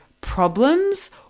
problems